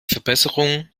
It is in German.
verbesserung